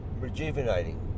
rejuvenating